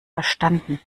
verstanden